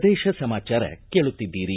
ಪ್ರದೇಶ ಸಮಾಚಾರ ಕೇಳುತ್ತಿದ್ದೀರಿ